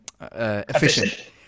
efficient